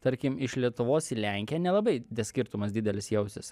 tarkim iš lietuvos į lenkiją nelabai des skirtumas didelis jausis